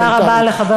תודה רבה לחבר הכנסת,